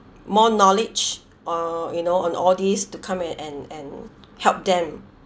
more knowledge or you know on all these to come and and and help them